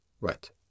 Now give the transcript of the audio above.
Right